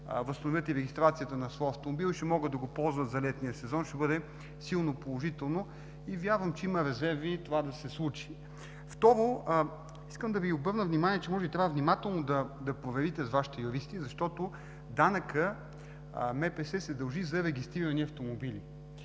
възстановят регистрацията на своя автомобил и ще могат да го ползват за летния сезон. Това ще бъде силно положително. Вярвам, че има резерви това да се случи. Второ, искам да Ви обърна внимание, че трябва внимателно да проверите с Вашите юристи, защото данъкът МПС се дължи за регистрирани автомобили.